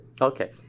Okay